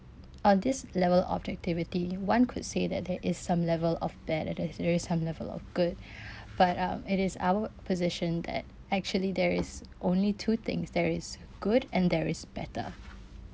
on this level of the activity one could say that there is some level of bad and there is some level of good but um it is our position that actually there is only two things there is good and there is better